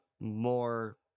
more